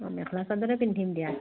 অঁ মেখেলা চাদৰে পিন্ধিম দিয়া